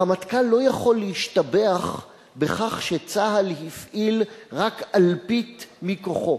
הרמטכ"ל לא יכול להשתבח בכך שצה"ל הפעיל רק אלפית מכוחו.